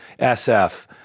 SF